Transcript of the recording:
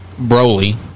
Broly